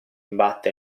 imbatte